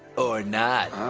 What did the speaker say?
or not.